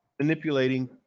manipulating